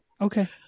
Okay